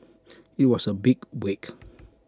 IT was A big break